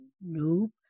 Nope